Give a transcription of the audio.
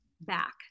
back